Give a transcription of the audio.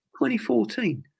2014